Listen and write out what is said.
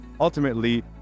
ultimately